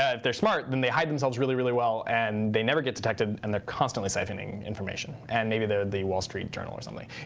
ah if they're smart, then they hide themselves really, really well and they never get detected and they're constantly siphoning information. and maybe the wall street journal or something.